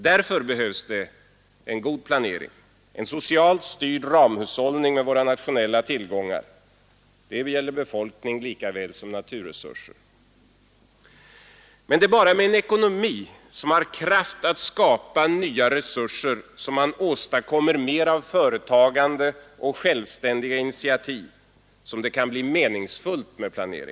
Därför behövs det en god planering; en socialt styrd ramhushållning med våra nationella tillgångar — det gäller befolkning lika väl som naturresurser. Men det är bara med en ekonomi, som har kraft att skapa nya resurser och åstadkomma mer av företagande och självständiga initiativ, som det blir meningsfullt att planera.